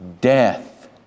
death